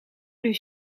dus